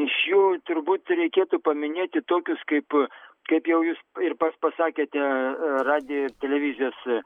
iš jų turbūt reikėtų paminėti tokius kaip kaip jau jūs ir pats pasakėte radijo ir televizijos